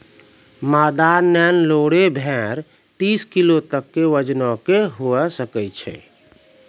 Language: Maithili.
मादा नेल्लोरे भेड़ तीस किलो तक के वजनो के हुए सकै छै